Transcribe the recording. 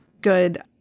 good